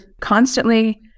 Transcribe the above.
constantly